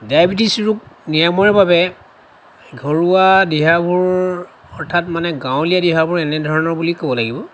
diabetes ৰোগ নিৰাময়ৰ বাবে ঘৰুৱা দিহাবোৰ অৰ্থাৎ মানে গাঁৱলীয়া দিহাবোৰ এনেধৰণৰ বুলি ক'ব লাগিব